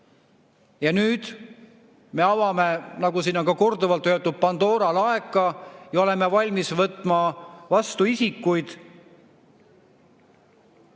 Nüüd me avame, nagu siin on korduvalt öeldud, Pandora laeka ja oleme valmis võtma vastu isikuid